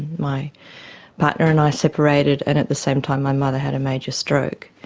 my partner and i separated and at the same time my mother had a major stroke,